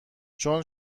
چون